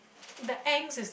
the angst is